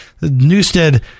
Newstead